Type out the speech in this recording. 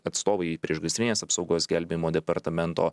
atstovai priešgaisrinės apsaugos gelbėjimo departamento